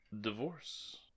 divorce